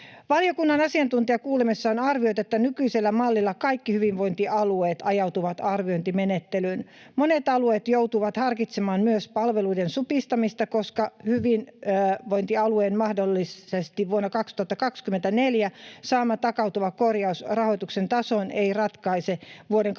Valiokunnan asiantuntijakuulemisessa on arvioitu, että nykyisellä mallilla kaikki hyvinvointialueet ajautuvat arviointimenettelyyn. Monet alueet joutuvat harkitsemaan myös palveluiden supistamista, koska hyvinvointialueen mahdollisesti vuonna 2024 saama takautuva korjaus rahoituksen tasoon ei ratkaise vuoden 2023